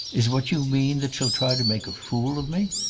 is what you mean that she'll try to make a fool of me?